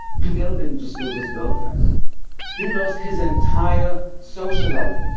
miguel didn't just lose his girlfriend he lost his entire social life,